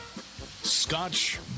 Scotch